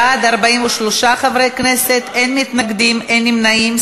בעד, 43 חברי כנסת, אין מתנגדים, אין נמנעים.